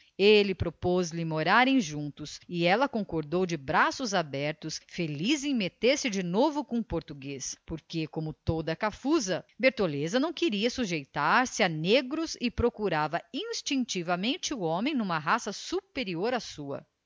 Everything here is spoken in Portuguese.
ele propôs lhe morarem juntos e ela concordou de braços abertos feliz em meter-se de novo com um português porque como toda a cafuza bertoleza não queria sujeitar-se a negros e procurava instintivamente o homem numa raça superior à sua